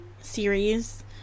series